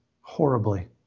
horribly